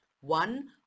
one